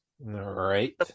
right